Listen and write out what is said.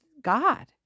God